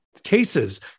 cases